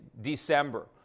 december